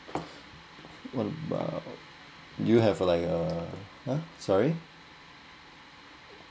what about do you have like uh a sorry